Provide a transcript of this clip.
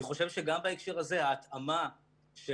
אני חושב שגם בהקשר הזה ההתאמה של